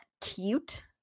cute